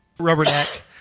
rubberneck